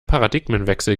paradigmenwechsel